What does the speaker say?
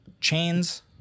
Chains